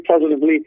positively